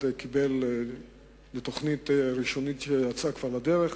קיבל לתוכנית ראשונית שכבר יצאה לדרך,